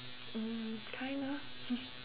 mm kinda